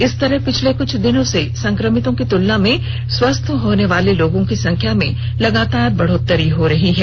इस तरह पिछले कुछ दिनों से संक्रमितों की तुलना में स्वस्थ होने वाले लोगों की संख्या में लगातार बढ़ोत्तरी हो रही है